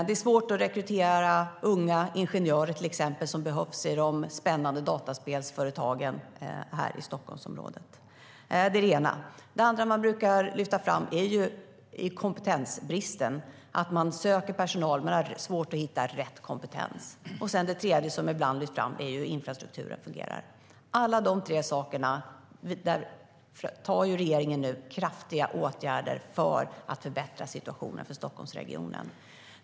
Det är svårt att rekrytera till exempel unga ingenjörer som behövs i de spännande dataspelsföretagen i Stockholmsområdet. Det är det första. Det andra företagarna brukar lyfta fram är kompetensbristen, att de söker personal men har svårt att hitta rätt kompetens. Det tredje som ibland också lyfts fram är infrastrukturen och hur den fungerar. Nu vidtar regeringen kraftiga åtgärder vad gäller dessa tre områden för att förbättra situationen för Stockholmsregionen.